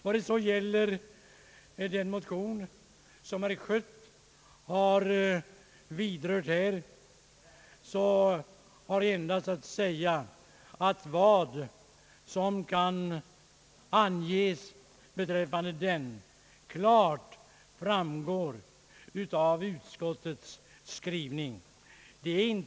Beträffande den motion som herr Schött har berört är endast att säga att det klart framgår av utskottets skrivning vad vi anser om den.